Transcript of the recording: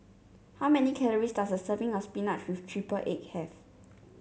how many calories does a serving of spinach with triple egg have